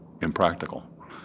impractical